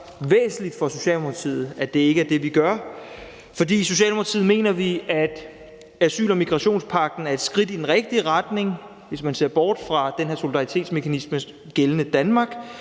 væsentligt for Socialdemokratiet, at det ikke er det, vi gør. For i Socialdemokratiet mener vi, at asyl- og migrationspagten er et skridt i den rigtige retning for Danmark, hvis man ser bort fra den her solidaritetsmekanisme. Samtidig er